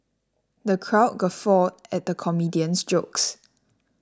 the crowd guffawed at the comedian's jokes